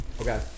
Okay